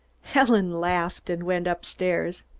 helen laughed and went up-stairs.